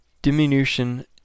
Diminution